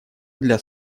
для